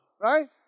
right